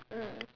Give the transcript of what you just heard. mm